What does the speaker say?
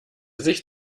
sich